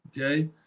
okay